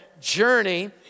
journey